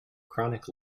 chronic